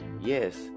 Yes